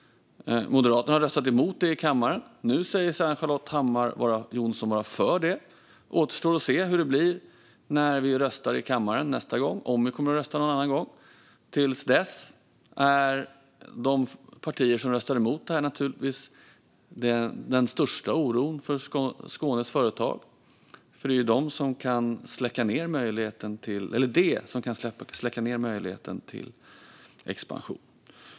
Moderaterna har röstat emot detta i kammaren. Nu säger sig Ann-Charlotte Hammar Johnsson vara för förslaget. Det återstår att se hur det blir när vi nästa gång går till omröstning i kammaren - om det blir en omröstning en annan gång. Till dess utgör de partier som röstade emot förslaget naturligtvis den största oron för Skånes företag. Det är ju de som kan släcka ned möjligheten till expansion.